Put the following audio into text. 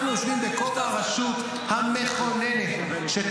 אנחנו יושבים בכובע הרשות המכוננת -- אמרת הרגע שאתה שחקן.